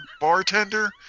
bartender